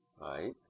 right